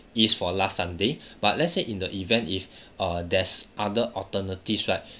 is for last sunday but let's say in the event if uh there's other alternatives right